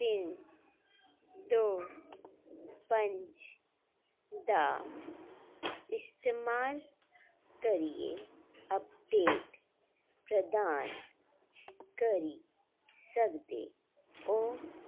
तिन दो पंज दा इस्तमाल करियै अपडेट प्रदान करी सकदे ओ